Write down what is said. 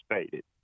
stated